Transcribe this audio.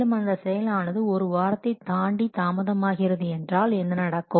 மேலும் அந்த செயலானது ஒரு வாரத்தை தாண்டி தாமதமாகிறது என்றால் என்ன நடக்கும்